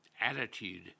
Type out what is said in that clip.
attitude